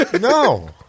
No